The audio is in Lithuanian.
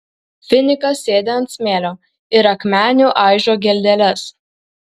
finikas sėdi ant smėlio ir akmeniu aižo geldeles